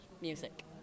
music